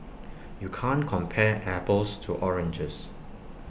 you can't compare apples to oranges